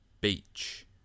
Beach